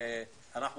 אם הם